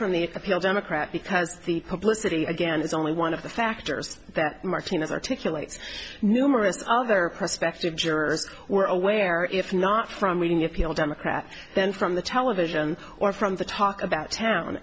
from the appeal democrat because the publicity again is only one of the factors that martinez articulate numerous other prospective jurors were aware if not from reading if you will democrat and from the television or from the talk about town